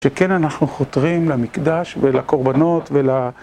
שכן אנחנו חותרים למקדש ולקורבנות ול...